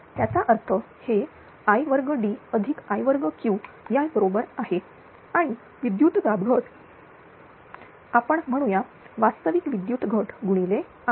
त्याचा अर्थ हे i2d i2q या बरोबर आहे आणि विद्युत घट आपण म्हणूया वास्तविक विद्युत घट गुणिले r